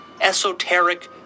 esoteric